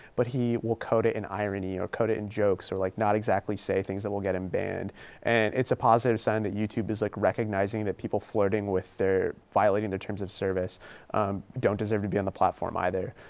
but he will code it in irony or code it in jokes or like not exactly say things that will get him banned and it's a positive sign that youtube is like recognizing that people flirting with their, violating their terms of service don't deserve to be on the platform either.